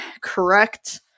correct